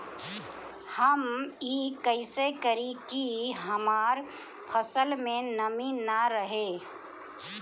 हम ई कइसे करी की हमार फसल में नमी ना रहे?